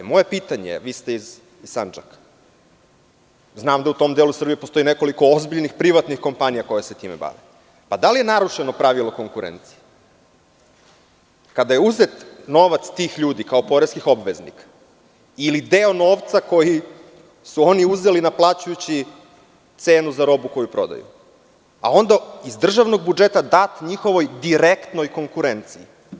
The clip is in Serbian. Vi ste iz Sandžaka, znam da u tom delu Srbije postoji nekoliko ozbiljnih privatnih kompanija koje se time bave, pa moje pitanje glasi – da li je narušeno pravilo konkurencije kada je uzet novac tih ljudi kao poreskih obveznika ili deo novca koji su oni uzeli naplaćujući cenu za robu koju prodaju, a onda iz državnog budžeta dat njihovoj direktnoj konkurenciji?